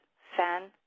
fan